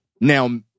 Now